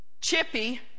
Chippy